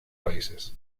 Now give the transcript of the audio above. países